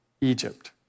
Egypt